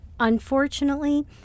Unfortunately